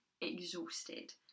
exhausted